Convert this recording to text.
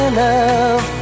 love